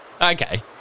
okay